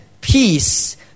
peace